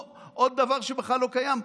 עוד דבר שבכלל לא קיים.